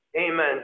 Amen